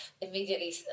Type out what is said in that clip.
immediately